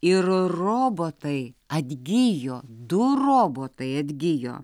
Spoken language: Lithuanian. ir robotai atgijo du robotai atgijo